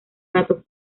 gato